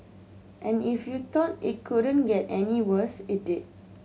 and if you thought it couldn't get any worse it did